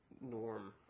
Norm